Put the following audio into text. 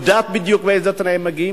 ויודעת בדיוק מאיזה תנאים הם מגיעים,